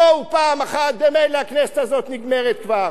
בואו פעם אחת, ממילא הכנסת הזאת נגמרת כבר.